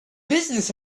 business